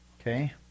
Okay